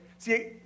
See